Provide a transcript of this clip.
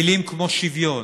מילים כמו שוויון,